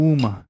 Uma